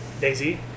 Daisy